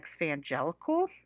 Exvangelical